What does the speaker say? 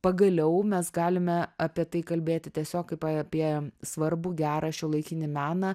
pagaliau mes galime apie tai kalbėti tiesiog kaip apie svarbų gerą šiuolaikinį meną